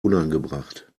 unangebracht